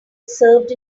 served